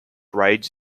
raids